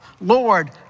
Lord